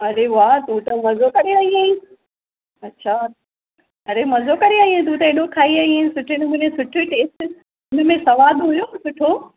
अड़े वाह तूं त मज़ो करे आईं आहीं अच्छा अड़े मज़ो करे आईं आहीं तूं त हेॾो खाई आईं आहीं सुठे नमूने सुठे टेस्ट हुन में सवादु हुओ सुठो